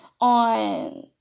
on